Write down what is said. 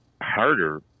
harder